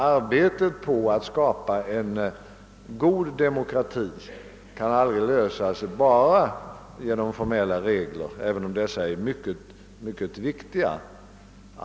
Arbetet på att skapa en god demokrati kan aldrig lösas bara genom formella regler, även om dessa är synnerligen viktiga.